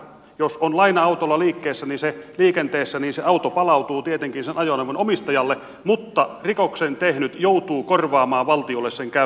jos on laina autolla liikenteessä niin se auto palautuu tietenkin sen ajoneuvon omistajalle mutta rikoksen tehnyt joutuu korvaamaan valtiolle sen käyvän arvon